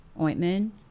ointment